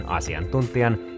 asiantuntijan